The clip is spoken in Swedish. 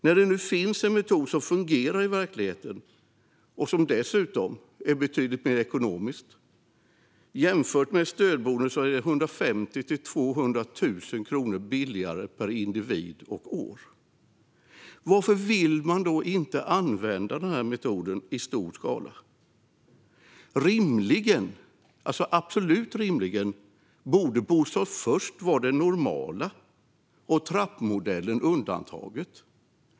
När det nu finns en metod som fungerar i verkligheten och som dessutom är betydligt mer ekonomisk - 150 000-200 000 kronor billigare än stödboende per individ och år - varför vill man då inte att den används i stor skala? Absolut rimligen borde Bostad först vara det normala och trappmodellen undantaget.